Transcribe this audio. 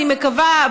אני מקווה,